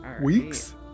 Weeks